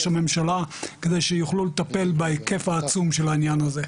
הממשלה כדי שיוכלו לטפל בהיקף העצום של העניין הזה.